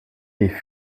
est